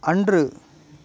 அன்று